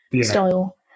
style